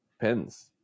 pens